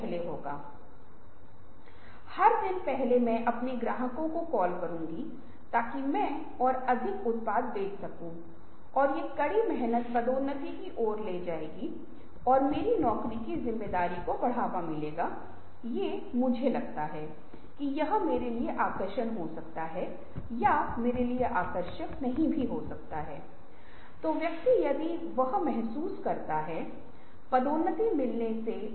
और वे वो लोग हैं जिनके पास एक नवप्रवर्तक हैं वे जो व्यवसायी हैं और वह भाव ऐसी है कि वे एक विशेष विचार लेते हैं धारणा की अवस्था सेनिषेचन अवस्था तक और अंत मे इसे उत्पाद के रूप में व्यावसायिक रूप से व्यवहार्य और सेवाओं को बनाते हैं और धन उत्पन्न करते हैं